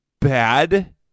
bad